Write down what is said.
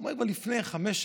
הוא אומר: כבר לפני חמש שנים,